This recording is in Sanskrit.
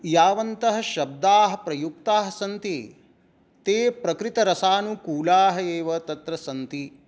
यावन्तः शब्दाः प्रयुक्ताः सन्ति ते प्रकृतरसानुकूलाः एव तत्र सन्ति